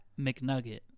McNugget